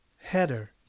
Header